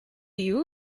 you